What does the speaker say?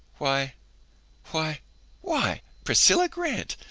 why why why! priscilla grant,